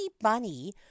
Bunny